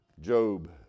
Job